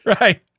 Right